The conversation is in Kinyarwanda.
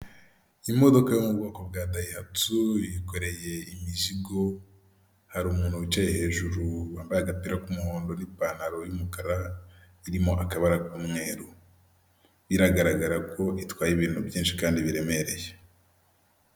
Imodoka yo mu bwoko bwa dayihatso yikoreye imizigo hari umuntu wicaye hejuru wambaye agapira k'umuhondo n'ipantaro y'umukara irimo akaba ari umweru biragaragara ko itwaye ibintu byinshi kandi biremereye.